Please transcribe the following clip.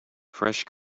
fresh